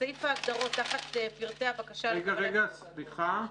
בסעיף ההגדרות, תחת פרטי הבקשה --- רגע, סליחה.